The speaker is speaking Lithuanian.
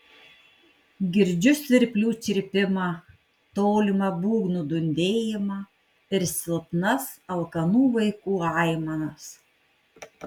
girdžiu svirplių čirpimą tolimą būgnų dundėjimą ir silpnas alkanų vaikų aimanas